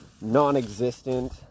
non-existent